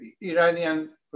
Iranian